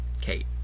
Kate